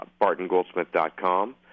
bartongoldsmith.com